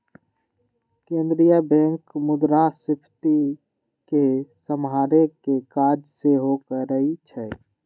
केंद्रीय बैंक मुद्रास्फीति के सम्हारे के काज सेहो करइ छइ